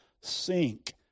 sink